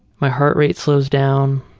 my heart rate slows down.